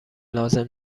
لازم